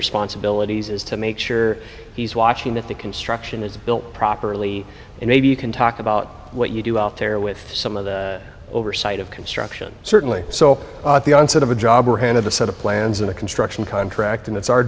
responsibilities is to make sure he's watching if the construction is built properly and maybe you can talk about what you do out there with some of the oversight of construction certainly so at the onset of a job or head of a set of plans in the construction contracting that's our